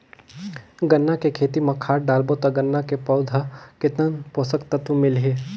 गन्ना के खेती मां खाद डालबो ता गन्ना के पौधा कितन पोषक तत्व मिलही?